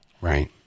Right